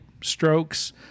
strokes